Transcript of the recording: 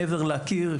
מעבר לקיר,